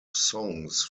songs